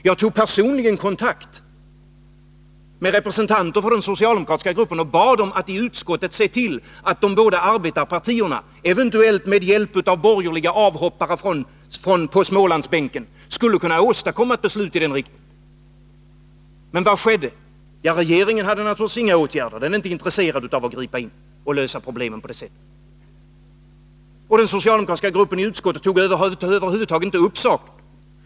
Jag tog personligen kontakt med representanter för den socialdemokratiska gruppen och bad dem att i utskottet se till att de båda arbetarpartierna, eventuellt med hjälp av borgerliga avhoppare på Smålandsbänken, skulle kunna åstadkomma ett beslut i den riktningen. Men vad skedde? Ja, regeringen hade naturligtvis inga åtgärder att föreslå — den är ju inte intresserad av att gripa in för att lösa problemen på det sättet — och den socialdemokratiska gruppen i utskottet tog över huvud taget inte upp saken.